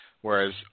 whereas